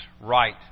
right